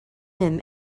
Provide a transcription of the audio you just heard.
him